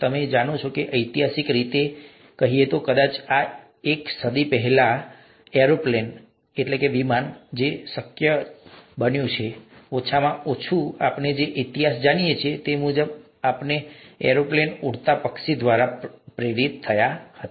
તમે જાણો છો ઐતિહાસિક રીતે કહીએ તો કદાચ એક સદી પહેલા એરોપ્લેન વિમાન શક્ય બન્યું હતું ઓછામાં ઓછું આપણે જે ઇતિહાસ જાણીએ છીએ તે મુજબ આપણે એરોપ્લેન ઉડતા પક્ષી દ્વારા પ્રેરિત હતા